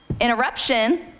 interruption